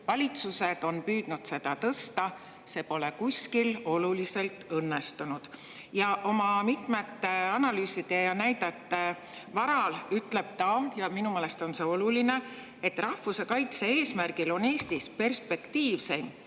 Valitsused on püüdnud seda tõsta. See pole kuskil oluliselt õnnestunud." Oma mitmete analüüside ja näidete varal ütleb ta – ja minu meelest on see oluline –, et rahvuse kaitse eesmärgil on Eestis perspektiivseim